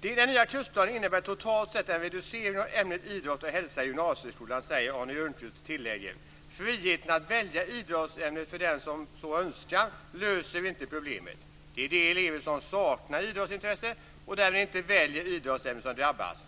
Den nya kursplanen innebär "totalt sett en reducering av ämnet idrott och hälsa i gymnasieskolan, säger Arne Ljungqvist och tillägger: Friheten att välja idrottsämnet för den som önskar löser inte problemet. Det är de elever som saknar idrottsintresse och därmed inte väljer idrottsämnet som drabbas.